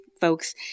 folks